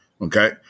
okay